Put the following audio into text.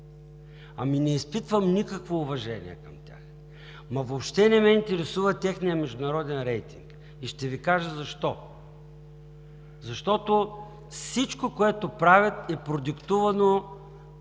Не изпитвам никакво уважение към тях, въобще не ме интересува техния международен рейтинг и ще ви кажа защо – защото всичко, което правят, е продиктувано